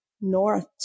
north